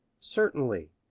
certainly.